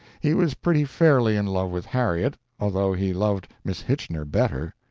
he was pretty fairly in love with harriet, although he loved miss hitchener better.